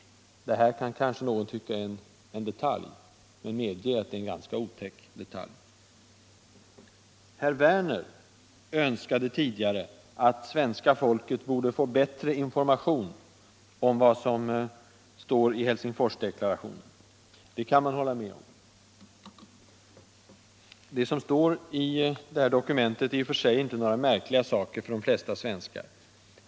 Det här kan kanske tyckas vara en detalj, men medpge att det är en ganska otäck detalj! Herr Werner i Tyresö önskade tidigare att svenska folket skulle få bättre information om vad som står i Helsingforsdeklarationen. Det kan man hålla med om. Det som står i det dokumentet är i och för sig inte några märkliga saker för de flesta svenskar.